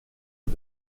del